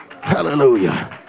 hallelujah